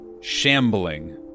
shambling